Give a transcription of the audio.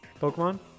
Pokemon